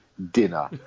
dinner